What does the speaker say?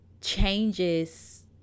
changes